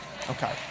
okay